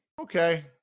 Okay